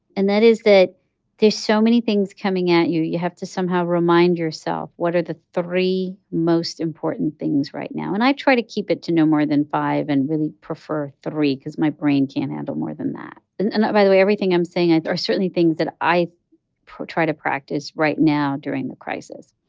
and that is that there's so many things coming at you, you have to somehow remind yourself what are the three most important things right now? and i try to keep it to no more than five and really prefer three because my brain can't handle more than that and by the way, everything i'm saying are certainly things that i try to practice right now during the crisis.